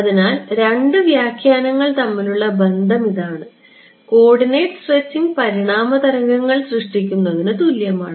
അതിനാൽ രണ്ട് വ്യാഖ്യാനങ്ങൾ തമ്മിലുള്ള ബന്ധം ഇതാണ് കോർഡിനേറ്റ് സ്ട്രെച്ചിംഗ് പരിണാമ തരംഗങ്ങൾ സൃഷ്ടിക്കുന്നതിനു തുല്യമാണ്